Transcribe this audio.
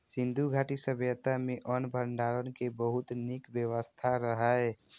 सिंधु घाटी सभ्यता मे अन्न भंडारण के बहुत नीक व्यवस्था रहै